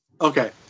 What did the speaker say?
Okay